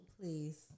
please